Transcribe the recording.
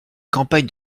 campagne